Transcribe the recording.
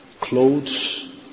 Clothes